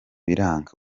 biranga